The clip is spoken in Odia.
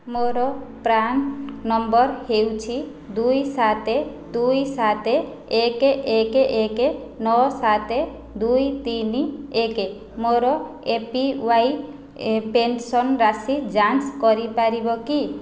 ମୋର ପ୍ରାନ୍ ନମ୍ବର ହେଉଛି ଦୁଇ ସାତ ଦୁଇ ସାତ ଏକ ଏକ ଏକ ନଅ ସାତ ଦୁଇ ତିନି ଏକ ମୋର ଏ ପି ୱାଇ ପେନ୍ସନ୍ ରାଶି ଯାଞ୍ଚ କରିପାରିବ କି